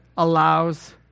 Allows